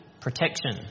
protection